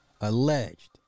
Alleged